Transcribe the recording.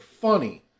funny